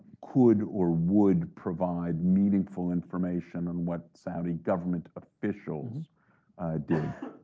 could or would provide meaningful information on what saudi government officials did.